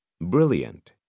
brilliant